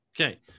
Okay